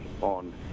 on